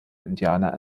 indianer